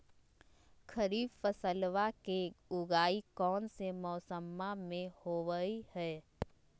खरीफ फसलवा के उगाई कौन से मौसमा मे होवय है?